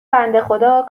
بندهخدا